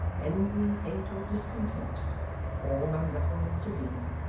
envy, hate, or discontent all unruffled and serene,